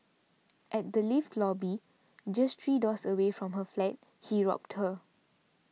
at the lift lobby just three doors away from her flat he robbed her